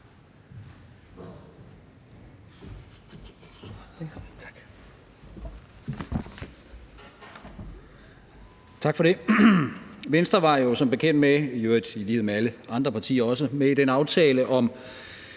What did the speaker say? Tak for det. Venstre var jo som bekendt – i øvrigt i lighed med alle andre partier også – med i »Aftale om